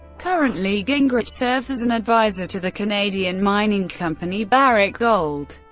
currently, gingrich serves as an advisor to the canadian mining company barrick gold.